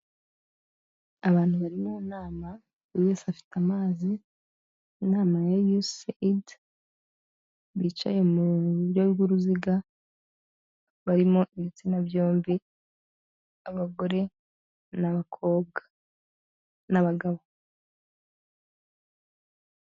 Abantu bari mu nama buri wese afite amazi. Inama ya yusi edi bicaye mu buryo bw'uruziga barimo ibitsina byombi, abagore n'abakobwa n'abagabo.